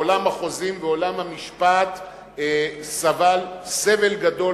עולם החוזים ועולם המשפט סבל סבל גדול